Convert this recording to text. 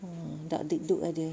mm tak ah dia